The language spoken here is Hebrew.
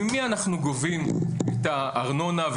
ממי אנחנו גובים את הארנונה,